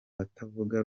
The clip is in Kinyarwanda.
batavuga